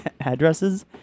addresses